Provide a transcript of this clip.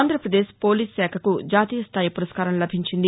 Andhra Pradesh police శాఖకు జాతీయ స్టాయి పురస్కారం లభించింది